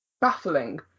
baffling